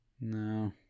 No